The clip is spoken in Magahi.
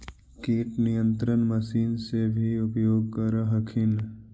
किट नियन्त्रण मशिन से भी उपयोग कर हखिन?